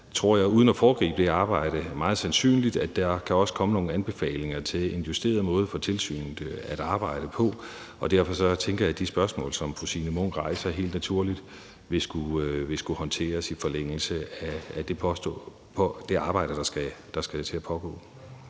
for det vil uden at foregribe det arbejde være meget sandsynligt, tror jeg, at der også kan komme nogle anbefalinger til en justeret måde for tilsynet at arbejde på. Og derfor tænker jeg, at de spørgsmål, som fru Signe Munk rejser, helt naturligt vil skulle håndteres i forlængelse af det arbejde, der skal til at pågå.